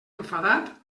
enfadat